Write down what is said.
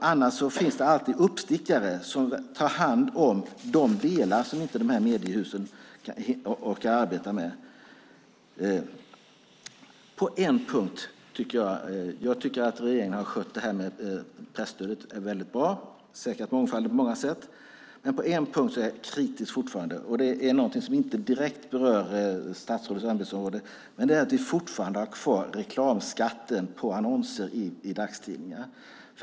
Annars finns det alltid uppstickare som tar hand om de delar som mediehusen inte orkar arbeta med. Jag tycker att regeringen har skött frågan om presstödet väldigt bra och säkrat mångfalden på många sätt. Men på en punkt är jag fortfarande kritisk, och det gäller någonting som inte direkt berör statsrådets ämbetsområde. Det är att vi fortfarande har kvar reklamskatten på annonser i dagstidningar.